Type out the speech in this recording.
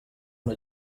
una